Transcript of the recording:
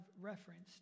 referenced